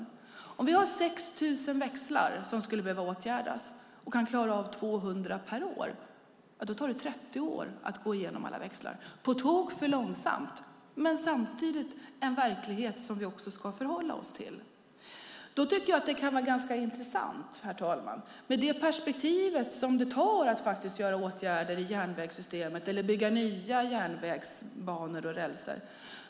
Bara som ett exempel: Om vi har 6 000 växlar som skulle behöva åtgärdas och kan klara av 200 per år tar det 30 år att gå igenom alla växlar. Det är på tok för långsamt, men det är samtidigt en verklighet som vi ska förhålla oss till. Det kan vara ganska intressant, herr talman, med ett perspektiv på hur lång tid det tar att vidta åtgärder i järnvägssystemet eller bygga nya järnvägsbanor och räls.